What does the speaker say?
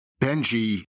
Benji